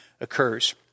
occurs